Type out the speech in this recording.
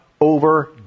over